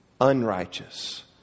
Unrighteous